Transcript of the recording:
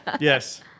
Yes